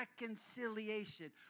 reconciliation